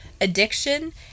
addiction